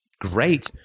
great